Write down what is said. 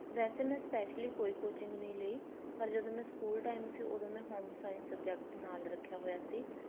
ਵੈਸੇ ਮੈਂ ਸਪੈਸ਼ਲੀ ਕੋਈ ਕੋਚਿੰਗ ਨਹੀਂ ਲਈ ਪਰ ਜਦੋਂ ਮੈਂ ਸਕੂਲ ਟਾਈਮ ਸੀ ਉਦੋਂ ਮੈਂ ਹੋਮ ਸਾਇੰਸ ਸਬਜੈਕਟ ਨਾਲ਼ ਰੱਖਿਆ ਹੋਇਆ ਸੀ